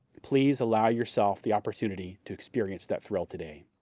please allow yourself the opportunity to experience that thrill today.